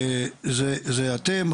זה אתם,